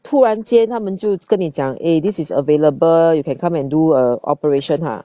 突然间他们就跟你讲 eh this is available you can come and do a operation ha